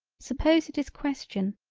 suppose it is question,